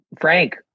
Frank